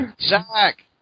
Zach